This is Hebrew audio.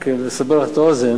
רק לסבר לך את האוזן,